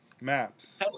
Maps